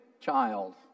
child